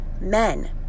men